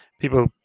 people